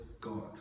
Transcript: God